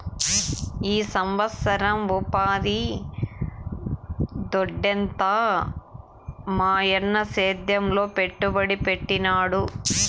ఈ సంవత్సరం ఉపాధి దొడ్డెంత మాయన్న సేద్యంలో పెట్టుబడి పెట్టినాడు